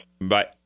Bye